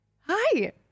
Hi